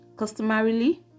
customarily